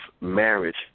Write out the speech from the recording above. marriage